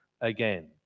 again